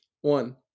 one